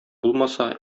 булмаса